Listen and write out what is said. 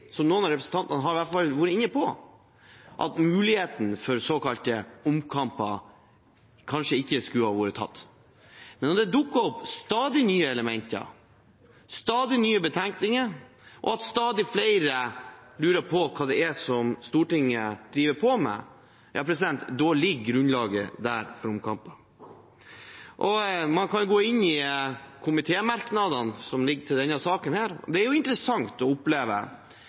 noen av representantene har vært inne på – at muligheten for såkalte omkamper kanskje ikke skulle vært brukt. Men når det stadig dukker opp nye elementer og nye betenkninger og stadig flere lurer på hva det er Stortinget driver med, da ligger grunnlaget for omkamper der. Hvis man går til komitémerknadene i denne saken, er det interessant å oppleve at mindretallet, representantene fra Høyre, Fremskrittspartiet og